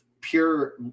pure